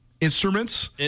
instruments